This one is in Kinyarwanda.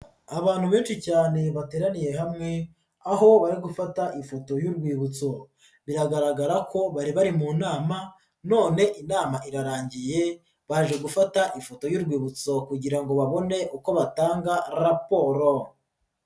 Abantu benshi cyane bateraniye hamwe aho bari gufata ifoto y'urwibutso, biragaragara ko bari bari mu nama none inama irarangiye baje gufata ifoto y'urwibutso kugira ngo babone uko batanga raporo.